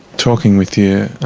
talking with your